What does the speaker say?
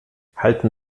halten